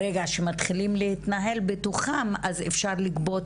ברגע שמתחילים להתנהל בתוכן אפשר לגבות